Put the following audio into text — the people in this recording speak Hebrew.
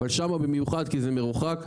אבל שם במיוחד כי זה מרוחק,